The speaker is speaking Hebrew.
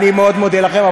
אני מאוד מודה לכם.